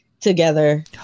together